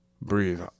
breathe